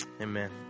amen